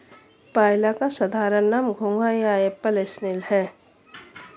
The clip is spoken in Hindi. पाइला का साधारण नाम घोंघा या एप्पल स्नेल है